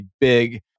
big